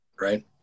right